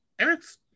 Eric's